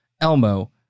Elmo